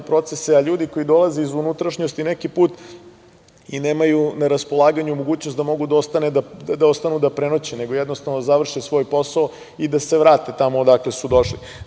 procese. Ljudi koji dolaze iz unutrašnjosti, neki put i nemaju na raspolaganju da mogu da ostanu, da prenoće, nego jednostavno završe svoj posao, i da se vrate tamo odakle su došli.